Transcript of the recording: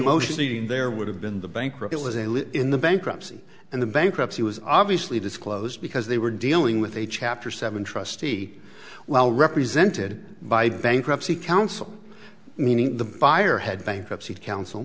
emotional eating there would have been the bankrupt it was a live in the bankruptcy and the bankruptcy was obviously disclosed because they were dealing with a chapter seven trustee well represented by the bankruptcy counsel meaning the buyer had bankruptcy counsel